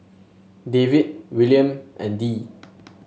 David Willaim and Dee